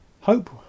hope